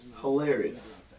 Hilarious